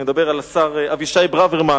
אני מדבר על השר אבישי ברוורמן,